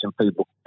people